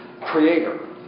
creator